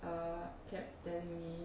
err kept telling me